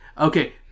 Okay